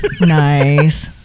nice